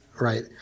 right